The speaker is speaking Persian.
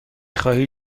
خواهی